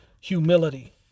humility